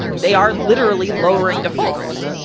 they are literally lowering default risk.